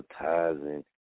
advertising